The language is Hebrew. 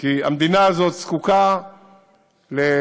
כי המדינה הזאת זקוקה להחלטות,